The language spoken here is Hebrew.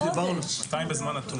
200 בזמן נתון.